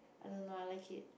I don't know I like it